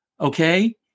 Okay